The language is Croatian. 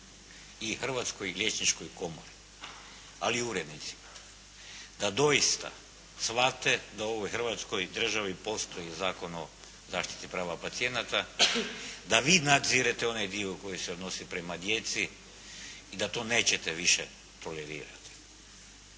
i Hrvatskoj liječničkoj komori, ali i urednicima da doista shvate da u ovoj Hrvatskoj Državi postoji Zakon o zaštiti prava pacijenata, da vi nadzirete onaj dio koji se odnosi prema djeci i da to nećete više tolerirati.